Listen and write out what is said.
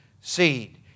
seed